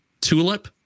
tulip